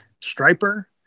Striper